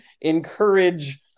encourage